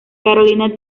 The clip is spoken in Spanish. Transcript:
carolina